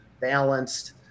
balanced